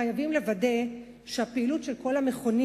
חייבים לוודא שהפעילות של כל המכונים